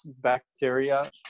bacteria